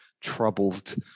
troubled